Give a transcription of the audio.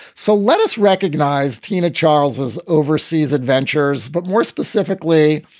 so let us recognize tina charles is overseas adventures, but more specifically,